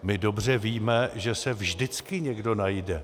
My dobře víme, že se vždycky někdo najde.